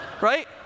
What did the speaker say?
right